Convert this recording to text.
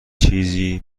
چیزی